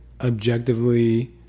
objectively